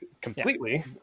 completely